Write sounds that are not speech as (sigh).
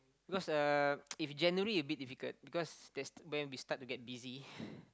because uh (noise) if January a bit difficult because there's when we start to get busy (breath)